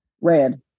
Red